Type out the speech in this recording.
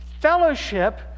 fellowship